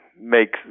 make